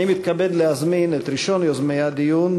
אני מתכבד להזמין את ראשון יוזמי הדיון,